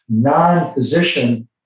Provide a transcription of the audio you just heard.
non-physician